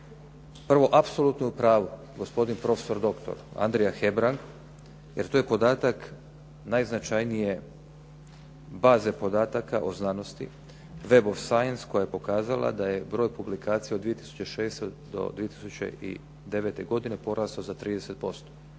Prvo, apsolutno je u pravu gospodin profesor doktor Andrija Hebrang jer to je podatak najznačajnije baze podataka o znanosti, "web of science" koja je pokazala da je broj publikacija od 2006. do 2009. godine porastao za 30%.